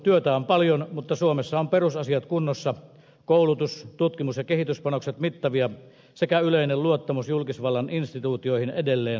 työtä on paljon mutta suomessa ovat perusasiat kunnossa koulutus tutkimus ja kehityspanokset mittavia sekä yleinen luottamus julkisvallan instituutioihin edelleen lujaa